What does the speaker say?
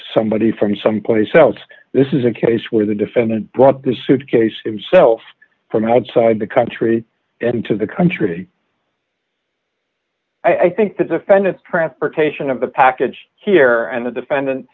somebody from someplace else this is a case where the defendant brought the suitcase himself from outside the country and into the country i think the defendant transportation of the package here and the defendant